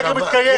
הסגר מתקיים.